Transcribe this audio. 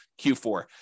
Q4